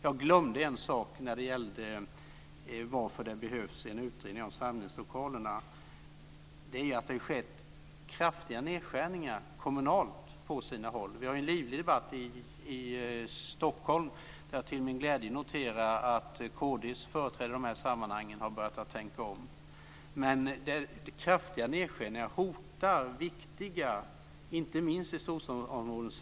Jag glömde en sak när det gällde orsaken till att det behövs en utredning om samlingslokalerna, nämligen att det på sina håll kommunalt har gjorts kraftiga nedskärningar. Det förs en livlig debatt i Stockholm, där jag med glädje noterar att kd:s företrädare har börjat tänka om i de här sammanhangen. Kraftiga nedskärningar hotar viktiga samlingslokaler med konkurs, inte minst i storstadsområdena.